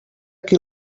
qui